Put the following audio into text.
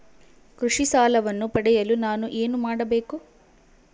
ಕೃಷಿ ಸಾಲವನ್ನು ಪಡೆಯಲು ನಾನು ಏನು ಮಾಡಬೇಕು?